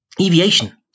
Aviation